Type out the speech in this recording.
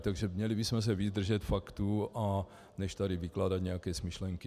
Takže měli bychom se víc držet faktů než tady vykládat nějaké smyšlenky.